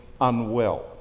unwell